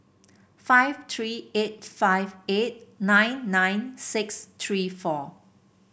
five three eight five eight nine nine six three four